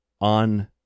On